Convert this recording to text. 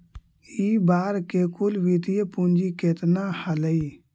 इ बार के कुल वित्तीय पूंजी केतना हलइ?